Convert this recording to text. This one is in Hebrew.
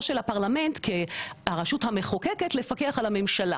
של הפרלמנט כהרשות המחוקקת לפקח על הממשלה,